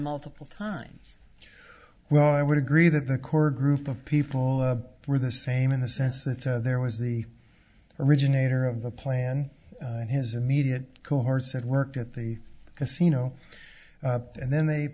multiple times well i would agree that the core group of people were the same in the sense that there was the originator of the plan and his immediate cohorts had worked at the casino and then they